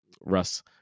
Russ